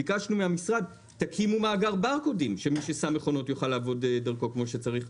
ביקשנו מהמרכז להקים מאגר ברקודים שמי ששם מכונות יוכל לעבוד כמו שצריך.